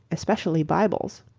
especially bibles.